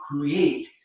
create